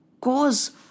cause